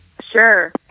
Sure